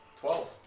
Twelve